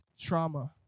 trauma